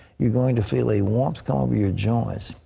you're going to feel a warmth come over your joints.